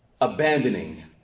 abandoning